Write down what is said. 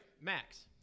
max